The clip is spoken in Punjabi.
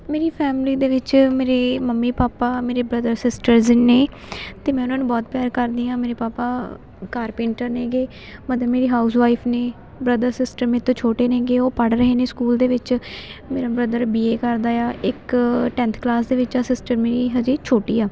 ਮੇਰੀ ਫੈਮਲੀ ਦੇ ਵਿੱਚ ਮੇਰੇ ਮੰਮੀ ਪਾਪਾ ਮੇਰੇ ਬ੍ਰਦਰ ਸਿਸਟਰਜ਼ ਨੇ ਅਤੇ ਮੈਂ ਉਹਨਾਂ ਨੂੰ ਬਹੁਤ ਪਿਆਰ ਕਰਦੀ ਹਾਂ ਮੇਰੇ ਪਾਪਾ ਕਾਰਪੈਂਟਰ ਨੇਗੇ ਮਦਰ ਮੇਰੇ ਹਾਊਸਵਾਈਫ ਨੇ ਬ੍ਰਦਰ ਸਿਸਟਰ ਮੇਰੇ ਤੋਂ ਛੋਟੇ ਨੇਗੇ ਉਹ ਪੜ੍ਹ ਰਹੇ ਨੇ ਸਕੂਲ ਦੇ ਵਿੱਚ ਮੇਰਾ ਬ੍ਰਦਰ ਬੀ ਏ ਕਰਦਾ ਆ ਇੱਕ ਟੈਂਥ ਕਲਾਸ ਦੇ ਵਿੱਚ ਆ ਸਿਸਟਰ ਮੇਰੀ ਹਜੇ ਛੋਟੀ ਆ